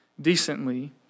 decently